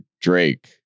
Drake